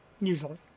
usually